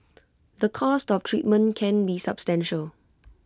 the cost of treatment can be substantial